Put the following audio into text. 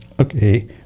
Okay